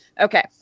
okay